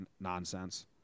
nonsense